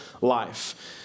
life